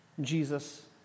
Jesus